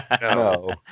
no